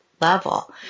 level